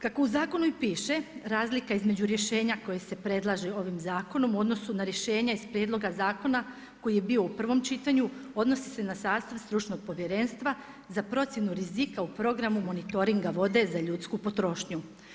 Kako u zakonu i piše razlika između rješenja koji se predlaže ovim zakonom, u odnosu na rješenje iz prijedloga zakona koji je bio u prvom čitanju, odnosi se na sastav stručnog povjerenstva za procjenu rizika u programu monitoringa vode za ljudsku potrošnju.